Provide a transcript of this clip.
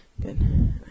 Good